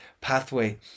pathway